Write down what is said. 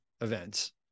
events